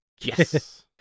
Yes